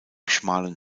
schmalen